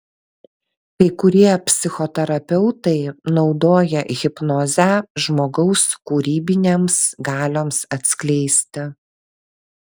kai kurie psichoterapeutai naudoja hipnozę žmogaus kūrybinėms galioms atskleisti